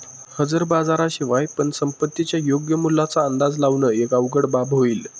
हजर बाजारा शिवाय पण संपत्तीच्या योग्य मूल्याचा अंदाज लावण एक अवघड बाब होईल